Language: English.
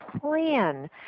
plan